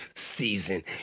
Season